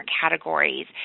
categories